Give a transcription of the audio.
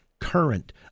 current